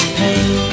pain